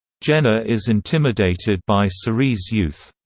jenna is intimidated by so cerie's youth.